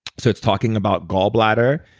so it's talking about gallbladder.